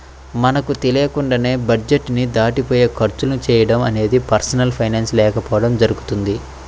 మనకు తెలియకుండానే బడ్జెట్ ని దాటిపోయి ఖర్చులు చేయడం అనేది పర్సనల్ ఫైనాన్స్ లేకపోవడం జరుగుతుంది